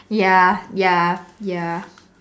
ya ya ya